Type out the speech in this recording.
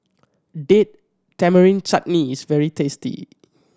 Date Tamarind Chutney is very tasty